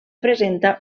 presenta